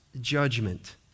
judgment